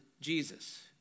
Jesus